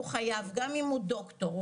גם אם הוא דוקטור,